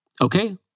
Okay